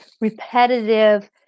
repetitive